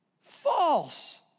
False